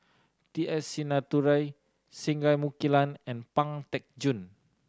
T S Sinnathuray Singai Mukilan and Pang Teck Joon